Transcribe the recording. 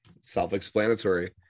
self-explanatory